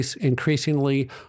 increasingly